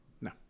No